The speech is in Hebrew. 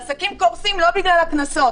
העסקים קורסים לא בגלל הקנסות,